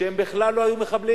שהם בכלל לא היו מחבלים,